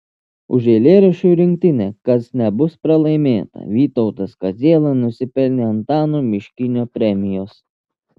už eilėraščių rinktinę kas nebus pralaimėta vytautas kaziela nusipelnė antano miškinio premijos